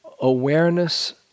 awareness